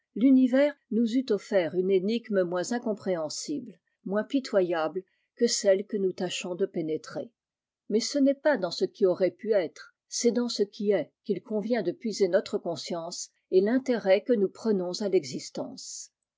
tunivers nous eût offert me énigme moins incompréhensible moins pitoyable que celle que nous tâchons de pcnétrer mais ce n'est pas dans ce qui aurait pu être c'est dans ce qui est qu'il convient de puiser notre conscience et l'intérêt que nous prenons à texistence